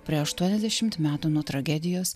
praėjo aštuoniasdešimt metų nuo tragedijos